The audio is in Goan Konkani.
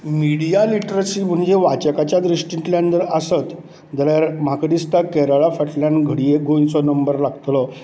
मिडीया लिट्रसी म्हणजे वाचकाच्या दृश्टींतल्यान जर आसत जाल्यार म्हाका दिसता केरळा फाटल्यान घडये गोंयचो नंबर लागतलो